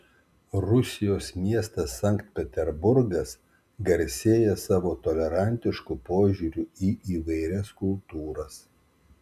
rusijos miestas sankt peterburgas garsėja savo tolerantišku požiūriu į įvairias kultūras